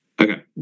okay